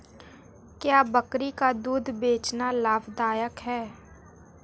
क्या बकरी का दूध बेचना लाभदायक है?